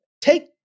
Take